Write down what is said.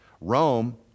Rome